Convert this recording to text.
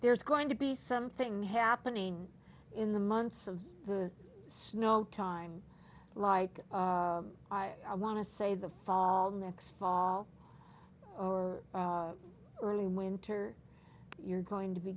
there's going to be something happening in the months of the snow time like i want to say the fall next fall or early winter you're going to be